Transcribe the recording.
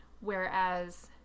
whereas